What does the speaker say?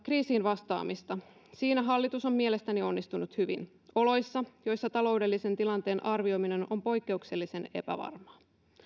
kriisiin vastaamista siinä hallitus on mielestäni onnistunut hyvin oloissa joissa taloudellisen tilanteen arvioiminen on poikkeuksellisen epävarmaa